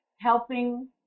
helping